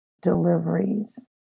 deliveries